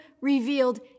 revealed